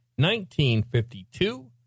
1952